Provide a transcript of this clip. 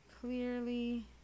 clearly